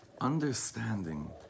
understanding